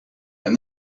and